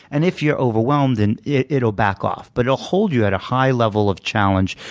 and if you're overwhelmed, then it it will back off. but it will hold you at a high level of challenge,